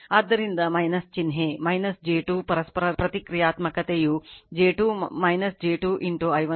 ಆದ್ದರಿಂದ ಚಿನ್ಹೆ j 2 ಪರಸ್ಪರ ಪ್ರತಿಕ್ರಿಯಾತ್ಮಕತೆಯು j2 j 2 i 1 i 2 ಆಗಿದೆ